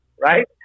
right